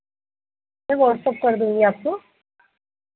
मैं वॉट्सअप कर दूँगी आपको